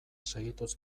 segituz